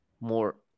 more